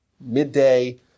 midday